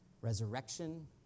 resurrection